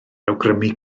awgrymu